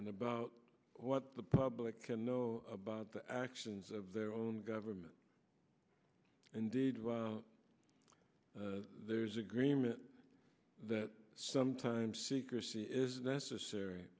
and about what the public can know about the actions of their own government and there's agreement that sometimes secrecy is necessary